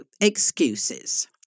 excuses